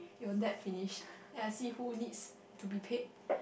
your debt finish then I see who needs to be paid